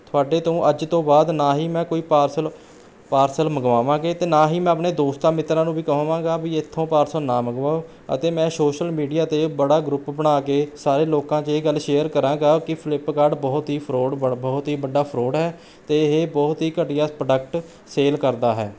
ਤੁਹਾਡੇ ਤੋਂ ਅੱਜ ਤੋਂ ਬਾਅਦ ਨਾ ਹੀ ਮੈਂ ਕੋਈ ਪਾਰਸਲ ਪਾਰਸਲ ਮੰਗਵਾਵਾਂਗੇ ਅਤੇ ਨਾ ਹੀ ਮੈਂ ਆਪਣੇ ਦੋਸਤਾਂ ਮਿੱਤਰਾਂ ਨੂੰ ਵੀ ਕਹਵਾਂਗਾ ਵੀ ਇੱਥੋਂ ਪਾਰਸਲ ਨਾ ਮਗਵਾਓ ਅਤੇ ਮੈਂ ਸ਼ੋਸ਼ਲ ਮੀਡੀਆ 'ਤੇ ਬੜਾ ਗਰੁੱਪ ਬਣਾ ਕੇ ਸਾਰੇ ਲੋਕਾਂ 'ਚ ਇਹ ਗੱਲ ਸ਼ੇਅਰ ਕਰਾਂਗਾ ਕਿ ਫਲਿੱਪਕਾਟ ਬਹੁਤ ਹੀ ਫ਼ਰੌਡ ਬਹੁਤ ਹੀ ਵੱਡਾ ਫਰੌਡ ਹੈ ਅਤੇ ਇਹ ਬਹੁਤ ਹੀ ਘਟੀਆ ਪ੍ਰੋਡਕਟ ਸੇਲ ਕਰਦਾ ਹੈ